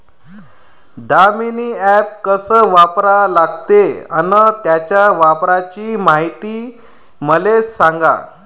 Damini app कस वापरा लागते? अन त्याच्या वापराची मायती मले सांगा